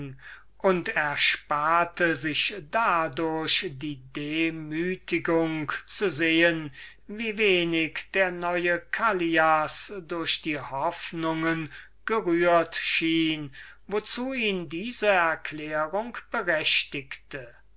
und ersparte sich dadurch die demütigung zu sehen wie wenig der neue callias durch die hoffnungen gerührt schien wozu ihn diese erklärung berechtigte